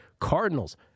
Cardinals